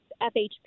FHP